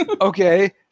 Okay